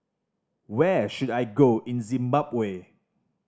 where should I go in Zimbabwe